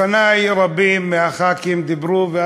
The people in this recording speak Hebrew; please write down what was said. רבים מחברי הכנסת דיברו לפני,